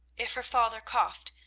if her father coughed,